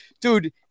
dude